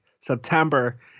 September